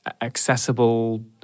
accessible